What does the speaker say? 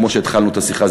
כמו שהתחלנו את השיחה,